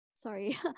Sorry